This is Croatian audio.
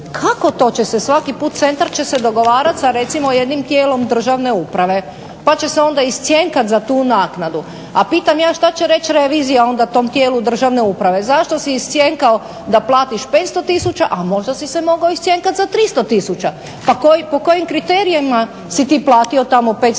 Kako to će svaki put, centar će se dogovarat sa recimo jednim tijelom državne uprave pa će se onda iscjenkat za tu naknadu. A pitam ja što će reći revizija onda tom tijelu državne uprave, zašto si iscjenkao da platiš 500 tisuća, a možda si se mogao iscjenkat za 300 tisuća, pa po kojim kriterijima si ti platio tamo 500 ili